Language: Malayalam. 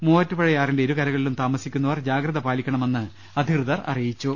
മൂവാറ്റുപുഴയാറിന്റെ ഇരുകരക ളിലും താമസിക്കുന്നവർ ജാഗ്രത പാലിക്കണമെന്ന് അധികൃതർ അറിയിച്ചു